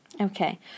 Okay